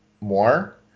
more